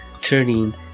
turning